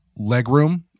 legroom